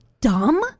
dumb